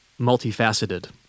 multifaceted